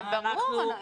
ברור,